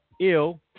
Ill